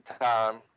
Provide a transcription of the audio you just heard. time